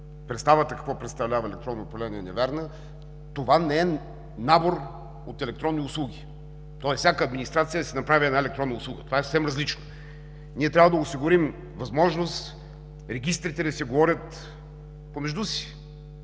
представата Ви за електронно управление е невярна – това не е набор от електронни услуги, тоест всяка администрация да си направи една електронна услуга. Това е съвсем различно! Ние трябва да осигурим възможност регистрите да говорят помежду си,